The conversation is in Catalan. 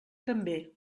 també